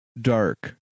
dark